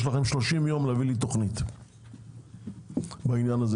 יש לכם 30 ימים להביא לי תוכנית בעניין הזה.